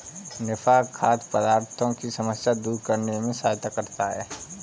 निफा खाद्य पदार्थों की समस्या दूर करने में सहायता करता है